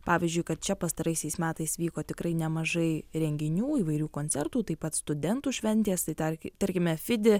pavyzdžiui kad čia pastaraisiais metais vyko tikrai nemažai renginių įvairių koncertų taip pat studentų šventės tai tar tarkime fidi